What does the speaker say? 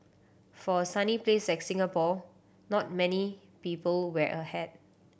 for a sunny place like Singapore not many people wear a hat